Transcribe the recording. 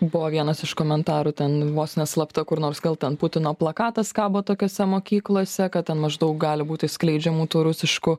buvo vienas iš komentarų ten vos ne slapta kur nors gal ten putino plakatas kabo tokiose mokyklose kad ten maždaug gali būti skleidžiamų tų rusiškų